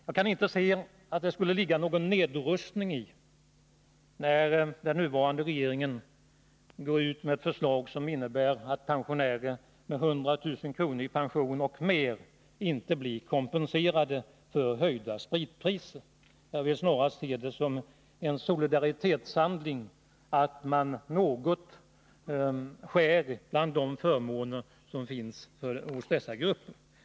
Jag kan inte se att det skulle innebära någon nedrustning när den nuvarande regeringen går ut med ett förslag att pensionärer med 100 000 kr. och mer i pension inte skall bli kompenserade för höjda spritpriser. Jag vill 43 snarast se det som en solidaritetshandling att man något skär ned de förmåner som finns hos denna grupp.